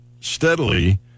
steadily